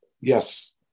Yes